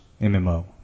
MMO